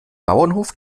bauernhof